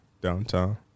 downtown